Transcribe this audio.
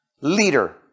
leader